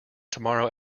tomorrow